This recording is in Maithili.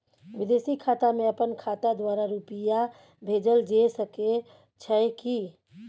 विदेशी खाता में अपन खाता द्वारा रुपिया भेजल जे सके छै की?